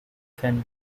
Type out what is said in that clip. than